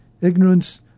ignorance